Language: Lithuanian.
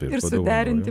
ir suderinti paprasčiau